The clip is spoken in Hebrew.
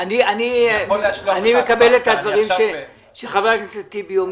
אני מקבל את הדברים שאומר חבר הכנסת טיבי,